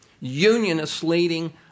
unionist-leading